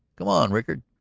come on, rickard.